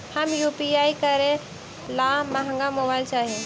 हम यु.पी.आई करे ला महंगा मोबाईल चाही?